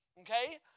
Okay